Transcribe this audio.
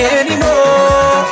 anymore